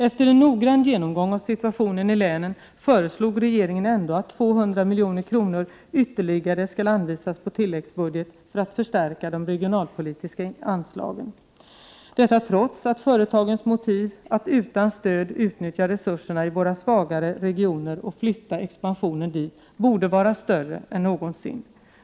Efter en noggrann genomgång av situationen i länen föreslog regeringen ändå att 200 milj.kr. ytterligare skulle anvisas på tilläggsbudget för att förstärka de regionalpolitiska anslagen, detta trots att företagens motiv att utan stöd utnyttja resurserna i våra svagare regioner och flytta expansionen dit borde vara större än någonsin.